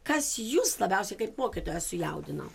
kas jus labiausiai kaip mokytoją sujaudino